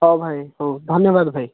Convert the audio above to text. ହଉ ଭାଇ ହଉ ଧନ୍ୟବାଦ ଭାଇ